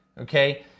okay